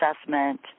assessment